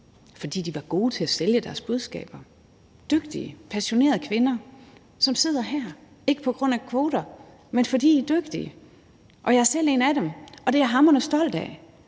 fordi de er gode til at sælge deres budskaber. Det er dygtige og passionerede kvinder, som sidder her, ikke på grund af kvoter, men fordi de er dygtige, og jeg er selv en af dem, og det er jeg hamrende stolt af,